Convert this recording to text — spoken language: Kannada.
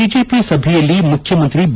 ಬಿಜೆಪಿ ಸಭೆಯಲ್ಲಿ ಮುಖ್ಯಮಂತ್ರಿ ಬಿ